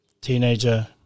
teenager